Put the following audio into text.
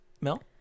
Mel